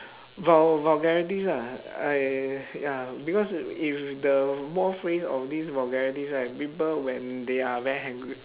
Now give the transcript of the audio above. vul~ vulgarities ah I ya because if the more phrase of this vulgarities right people when they are very angry